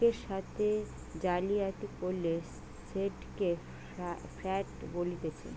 লোকের সাথে জালিয়াতি করলে সেটকে ফ্রড বলতিছে